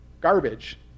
garbage